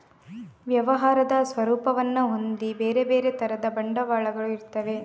ವ್ಯವಹಾರದ ಸ್ವರೂಪವನ್ನ ಹೊಂದಿ ಬೇರೆ ಬೇರೆ ತರದ ಬಂಡವಾಳಗಳು ಇರ್ತವೆ